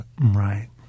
Right